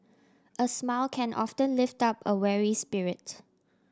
a smile can often lift up a weary spirit